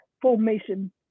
Formation